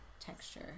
texture